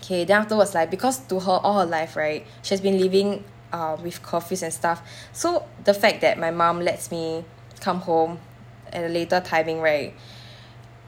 okay then afterwards like because to her all her life right she's been living with curfews and stuff so the fact that my mom lets me come home at a later timing right